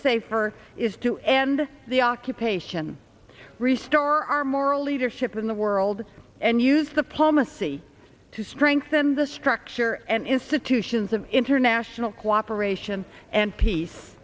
safer is to end the occupation restore our moral leadership in the world and use the plumb a c to strengthen the structure and institutions of international cooperation and peace